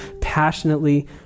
passionately